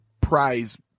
prize